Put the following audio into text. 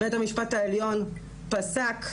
בית המשפט העליון פסק,